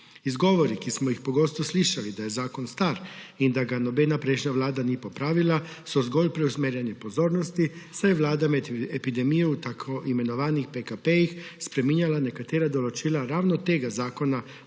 Izgovori, ki smo jih pogosto slišali, da je zakon star in da ga nobena prejšnja vlada ni popravila, so zgolj preusmerjanje pozornosti, saj je vlada med epidemijo v tako imenovanih PKP-jih spreminjala nekatera določila ravno tega Zakona